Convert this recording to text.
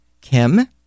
Kim